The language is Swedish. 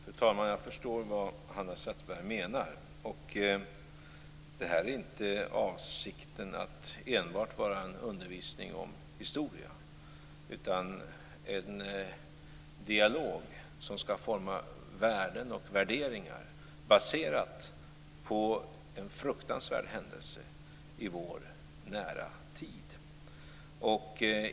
Fru talman! Jag förstår vad Hanna Zetterberg menar. Avsikten med informationskampanjen är inte att enbart vara en undervisning om historia utan en dialog som skall forma värden och värderingar baserade på en fruktansvärd händelse i vår nära tid.